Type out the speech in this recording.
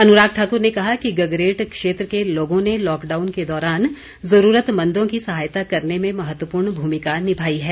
अनुराग ठाकुर ने कहा कि गगरेट क्षेत्र के लोगों ने लॉकडाउन के दौरान जरूरतमंदों की सहायता करने में महत्वपूर्ण भूमिका निभाई है